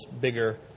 bigger